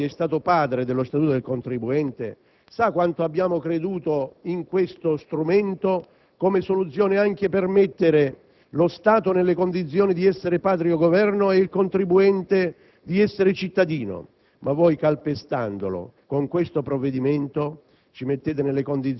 rispetto allo Statuto del contribuente. Chi, come me e come molti di voi, è stato padre dello Statuto del contribuente, sa quanto abbiamo creduto in questo strumento come soluzione anche per mettere lo Stato nelle condizioni di essere patrio Governo ed il contribuente di essere cittadino.